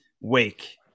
wake